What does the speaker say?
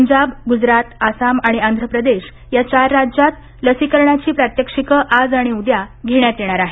पंजाब गुजरात आसाम आणि आंध्र प्रदेश या चार राज्यांत लसीकरणाची प्रात्यक्षिके आज आणि उद्या घेण्यात येणार आहेत